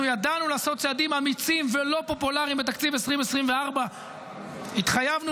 אנחנו ידענו לעשות צעדים אמיצים ולא פופולריים בתקציב 2024. התחייבנו